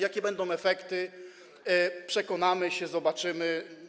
Jakie będą tego efekty, przekonamy się, zobaczymy.